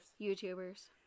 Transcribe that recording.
YouTubers